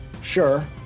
sure